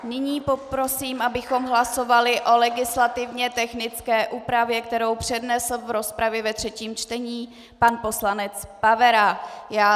Nyní poprosím, abychom hlasovali o legislativně technické úpravě, kterou přednesl v rozpravě ve třetím čtení pan poslanec Pavera.